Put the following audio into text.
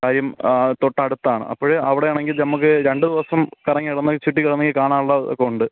കാര്യം തൊട്ടടുത്താണ് അപ്പോൾ അവിടെയാണെങ്കിൽ നമുക്ക് രണ്ട് ദിവസം കറങ്ങി നമുക്ക് ചുറ്റിക്കറങ്ങി കാണാനുള്ളതൊക്കെയുണ്ട്